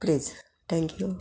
please thank you